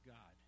God